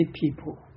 people